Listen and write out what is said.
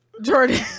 Jordan